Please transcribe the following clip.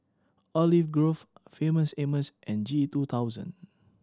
Olive Grove Famous Amos and G two thousand